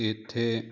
ਇੱਥੇ